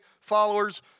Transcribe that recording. followers